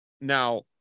now